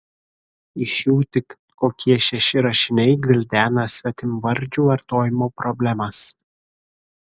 iš jų tik kokie šeši rašiniai gvildena svetimvardžių vartojimo problemas